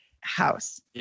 house